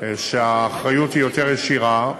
שהאחריות היא יותר ישירה.